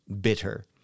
bitter